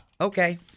Okay